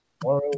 tomorrow